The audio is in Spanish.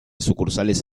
sucursales